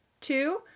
two